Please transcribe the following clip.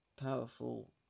powerful